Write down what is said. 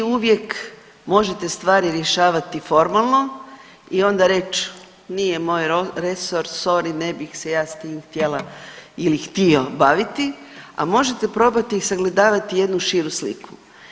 Dakle, vi uvijek možete stvari rješavati formalno i onda reći nije moj resor sorry ne bih se ja s tim htjela ili htio baviti, a možete probati i sagledavati jednu širu sliku.